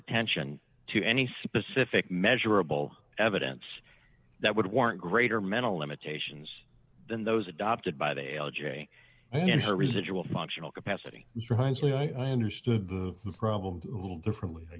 attention to any specific measurable evidence that would warrant greater mental limitations than those adopted by the l j and her residual functional capacity reminds me i understood the problem a little differently i